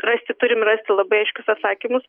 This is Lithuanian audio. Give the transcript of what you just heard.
rasti turim rasti labai aiškius atsakymus